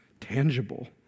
tangible